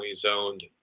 zoned